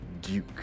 Duke